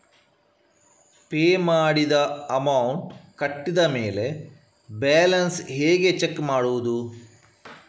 Pay ಮಾಡಿದ amount ಕಟ್ಟಿದ ಮೇಲೆ ಬ್ಯಾಲೆನ್ಸ್ ಹೇಗೆ ಚೆಕ್ ಮಾಡುವುದು?